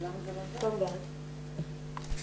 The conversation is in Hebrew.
לחדש